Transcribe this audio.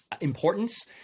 importance